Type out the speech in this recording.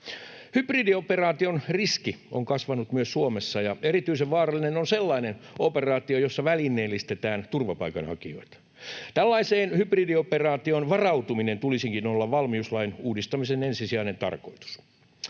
Hybridioperaation riski on kasvanut myös Suomessa, ja erityisen vaarallinen on sellainen operaatio, jossa välineellistetään turvapaikanhakijoita. Tällaiseen hybridioperaatioon varautumisen tulisikin olla valmiuslain uudistamisen ensisijainen tarkoitus.